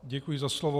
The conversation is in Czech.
Děkuji za slovo.